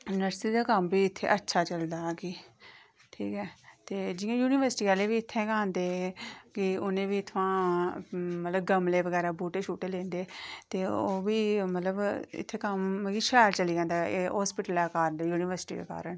nursery दा कम्म बी इत्थै अच्छा चलदा कि ठीक ऐ ते जि'यां युनिवर्सिटली आह्ले बी इत्थै गै औंदे गै उ'नें बी इत्थुआं मतलब गमले बगैरा बूहटे शूहटै लैंदे ते इत्थै कम्म मतलब शैल चली जंदा इत्थै हास्पिटलै कारण ते यूनिवर्सिटी दे कारण